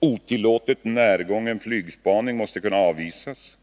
Otillåtet närgången flygspaning måste kunna avvisas.